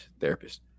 therapist